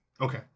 Okay